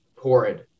horrid